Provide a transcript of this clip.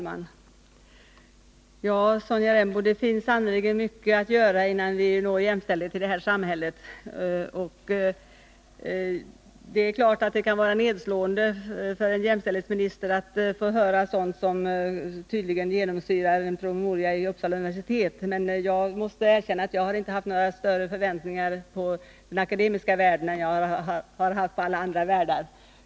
Fru talman! Det finns sannerligen mycket att göra, Sonja Rembo, innan vi uppnår jämställdhet i det här samhället. Det är klart att det kan vara nedslående för en jämställdhetsminister att få höra sådant som tydligen har genomsyrat en promemoria som utarbetats vid Uppsala universitet, men jag måste erkänna att mina förväntningar i fråga om den akademiska världen inte har varit större än de varit när det gällt andra områden.